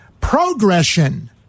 progression